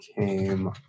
came